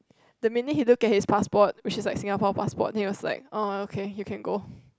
the minute he look at his passport which is like Singapore passport then he was like oh okay you can go